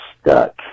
stuck